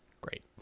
Great